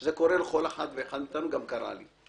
זה קורה לכל אחד ואחת מאתנו, זה קרה גם לי.